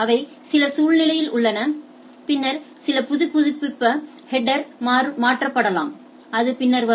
அவை சில சூழ்நிலையில் உள்ளன பின்னர் சில புதுப்பிப்பு ஹெட்டரில் மாற்றப்படலாம் அது பின்னர் வரும்